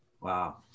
Wow